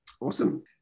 Awesome